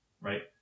right